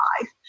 life